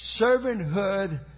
Servanthood